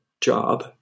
job